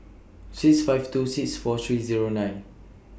six five two six four three Zero nine